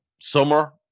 summer